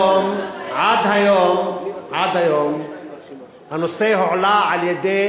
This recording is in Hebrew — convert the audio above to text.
עד היום הנושא הועלה על-ידי